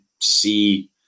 see